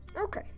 Okay